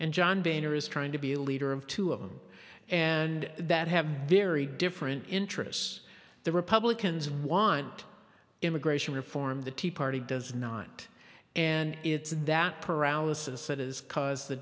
and john boehner is trying to be a leader of two of them and that have very different interests the republicans want immigration reform the tea party does not and it's that paralysis that is cuz the